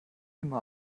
immer